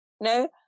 No